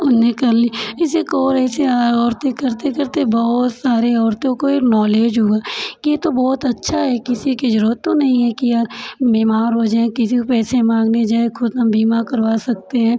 उनने कर ली किसी को और ऐसे औरतें करते करते बहुत सारे औरतों को एक नॉलेज हुआ कि ये तो बहुत अच्छा है किसी की जरूरत तो नहीं है कि यार बीमार हो जाएं किसी को पैसे मांगने जाएं खुद हम बीमा करवा सकते हैं